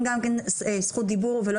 אני לא